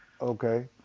Okay